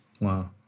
Wow